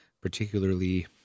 particularly